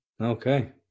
Okay